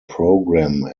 programme